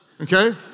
Okay